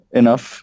enough